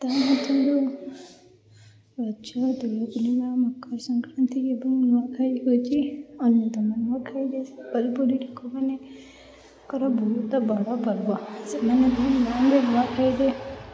ତା' ମଧ୍ୟରୁ ରଜ ଦୋଳପୂର୍ଣ୍ଣିମା ମକର ସଂକ୍ରାନ୍ତି ଏବଂ ନୂଆଖାଇ ହେଉଛି ଅନ୍ୟତମ ନୂଆଖାଇରେ ସମ୍ବଲପୁରୀ ଲୋକମାନେ ମାନଙ୍କର ବହୁତ ବଡ଼ ପର୍ବ ସେମାନେ ବି ନୂଆଖାଇରେ